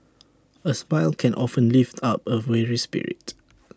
A smile can often lift up A weary spirit